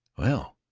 well,